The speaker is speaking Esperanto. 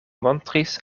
montris